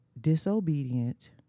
disobedient